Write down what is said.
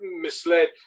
misled